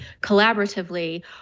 collaboratively